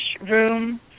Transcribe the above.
room